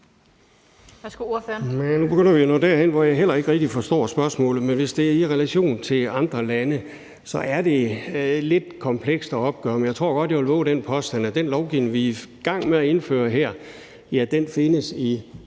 Nu begynder vi at nå derhen, hvor jeg heller ikke rigtig forstår spørgsmålet, og hvis det er i relation til andre lande, er det lidt komplekst at opgøre, men jeg tror godt, jeg vil vove den påstand, at den lovgivning, vi er i gang med at indføre her, findes i